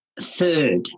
third